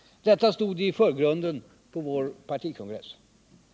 Detta stod i förgrunden på vår partikongress.